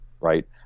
right